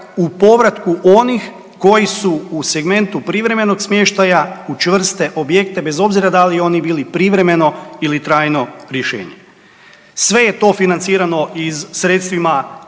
u povratku onih koji su u segmentu privremenog smještaja u čvrste objekte bez obzira da li oni bili privremeno ili trajno rješenje. Sve je to financirano iz sredstvima